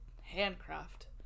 handcraft